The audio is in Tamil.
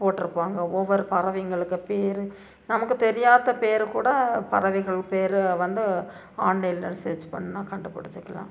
போட்டிருப்பாங்க ஒவ்வொரு பறவைகளுக்கு பேர் நமக்கு தெரியாத பேர் கூட பறவைகள் பேர் வந்து ஆன்லைன்ல இருந்து சர்ச் பண்ணால் கண்டுபிடிச்சிக்கலாம்